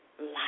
life